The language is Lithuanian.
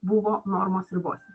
buvo normos ribose